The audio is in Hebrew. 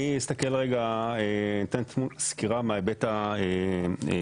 אני אתן סקירה מההיבט הכלכלי.